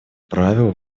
правила